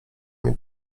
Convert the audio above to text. mnie